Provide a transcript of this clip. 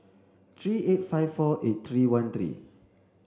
three eight five four eight three one three